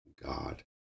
God